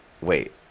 Wait